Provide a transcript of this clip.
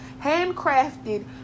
handcrafted